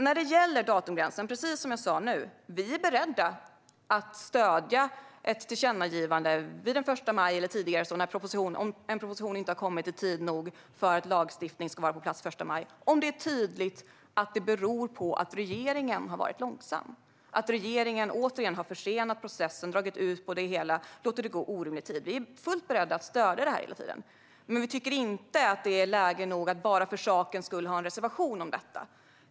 När det gäller datumgränsen är vi som sagt beredda att stödja ett tillkännagivande den 1 maj eller tidigare om en proposition inte har kommit i tillräcklig tid för att lagstiftning ska kunna vara på plats till den 1 maj. Då ska det vara tydligt att det beror på att regeringen har varit långsam, att regeringen återigen har försenat processen, dragit ut på det hela och låtit det gå orimligt lång tid. Vi är hela tiden fullt beredda att stödja ett sådant tillkännagivande. Men vi tycker inte att man ska lägga fram en reservation om det bara för sakens skull.